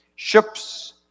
Ships